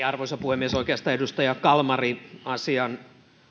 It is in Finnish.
arvoisa puhemies oikeastaan edustaja kalmari asian